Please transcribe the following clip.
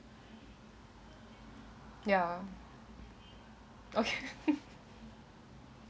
ya okay